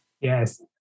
Yes